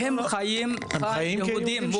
הם חיים חיים יהודיים.